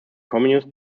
communist